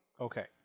Okay